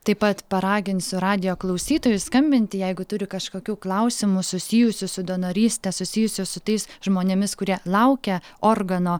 taip pat paraginsiu radijo klausytojus skambinti jeigu turi kažkokių klausimų susijusių su donoryste susijusių su tais žmonėmis kurie laukia organo